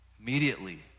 immediately